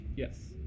Yes